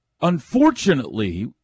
Unfortunately